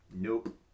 Nope